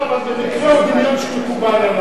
אבל במקרה הוא דמיון שמקובל עלי .